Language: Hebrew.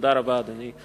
תודה רבה, אדוני.